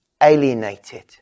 alienated